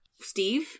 Steve